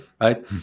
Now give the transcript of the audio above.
right